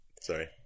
Sorry